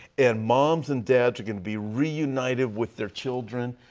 and moms and dads are going to be reunited with their children,